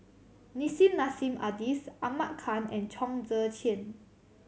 Nissim Nassim Adis Ahmad Khan and Chong Tze Chien